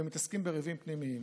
ומתעסקים בריבים פנימיים.